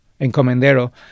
encomendero